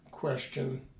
question